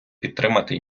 підтримати